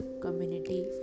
community